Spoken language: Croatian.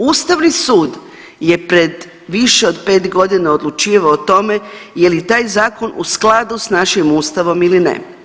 Ustavni sud je pred više od pet godina odlučivao o tome je li taj zakon u skladu sa našim ustavom ili ne.